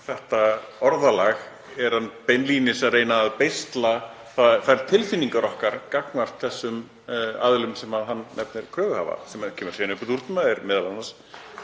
þetta orðalag er hann beinlínis að reyna að beisla þær tilfinningar okkar gagnvart þessum aðilum sem hann nefnir kröfuhafa, sem kemur síðan upp úr dúrnum að er m.a.